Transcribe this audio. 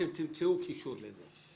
אתם תמצאו קישור לחוק הזה.